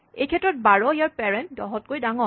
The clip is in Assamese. এইক্ষেত্ৰত ১২ ইয়াৰ পেৰেন্ট ১০ তকৈ ডাঙৰ